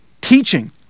teaching